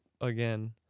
again